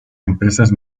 empresas